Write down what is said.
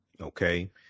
Okay